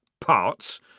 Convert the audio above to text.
Parts